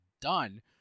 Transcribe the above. done